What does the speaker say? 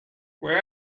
where